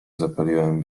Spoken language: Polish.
zapaliłem